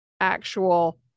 actual